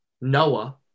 Noah